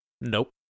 Nope